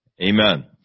Amen